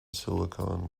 silicon